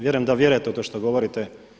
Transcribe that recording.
Vjerujem da vjerujete u to što govorite.